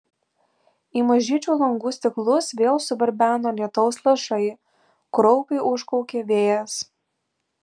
į mažyčių langų stiklus vėl subarbeno lietaus lašai kraupiai užkaukė vėjas